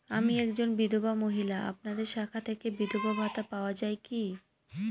আমি একজন বিধবা মহিলা আপনাদের শাখা থেকে বিধবা ভাতা পাওয়া যায় কি?